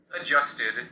adjusted